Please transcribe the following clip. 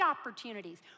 opportunities